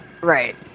Right